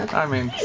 i mean.